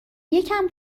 یکم